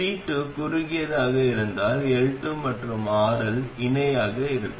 C2 குறுகியதாக இருந்தால் L2 மற்றும் RL இணையாக இருக்கும்